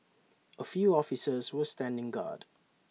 A few officers were standing guard